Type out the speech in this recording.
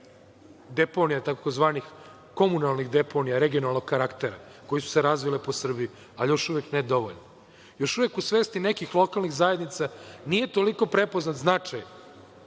deponija, tzv. komunalnih deponija regionalnog karaktera, koje su se razvile po Srbiji, ali još uvek ne dovoljno. Još uvek u svesti nekih lokalnih zajednica nije toliko prepoznat značaj